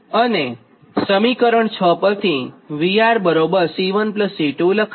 અને સમીકરણ 6 પરથી VR C 1 C 2 લખાય